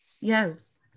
Yes